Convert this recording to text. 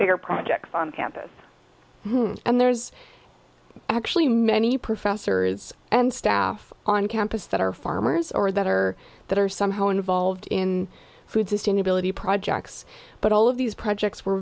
bigger projects on campus and there's actually many professors and staff on campus that are farmers or that are that are somehow involved in food sustainability projects but all of these projects were